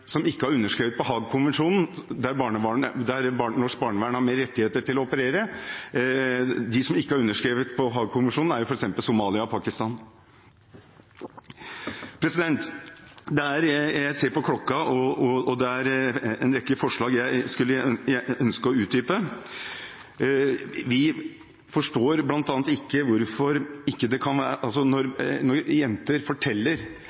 som ikke har underskrevet på Haagkonvensjonen, der norsk barnevern har flere rettigheter til å operere. De som ikke har underskrevet på Haagkonvensjonen, er f.eks. Somalia og Pakistan. Jeg ser på klokka, og det er en rekke forslag jeg skulle ønske å utdype, og som vi bl.a. ikke forstår hvorfor man ikke kan gå inn for. Igjen viser jeg til dette møtet, og jeg kan vise til mange møter med «de skamløse jentene», som forteller